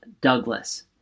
Douglas